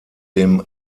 dem